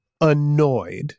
annoyed